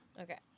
Okay